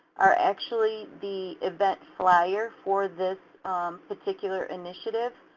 are actually the event flyer for this particular initiative.